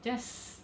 just